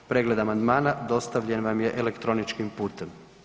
Pregled amandmana dostavljen vam je elektroničkim putem.